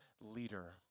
leader